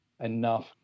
enough